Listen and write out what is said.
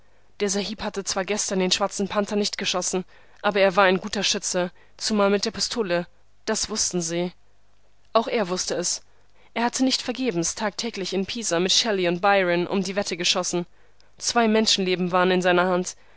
der sahib hatte zwar gestern den schwarzen panther nicht geschossen aber er war ein guter schütze zumal mit der pistole das wußten sie auch er wußte es er hatte nicht vergebens tagtäglich in pisa mit shelley und byron um die wette geschossen zwei menschenleben waren in seiner hand